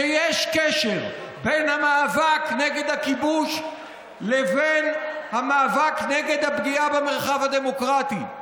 שיש קשר בין המאבק נגד הכיבוש לבין המאבק נגד הפגיעה במרחב הדמוקרטי.